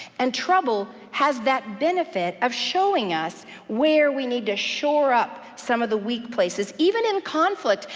and trouble has that benefit of showing us where we need to shore up some of the weak places. even in conflict,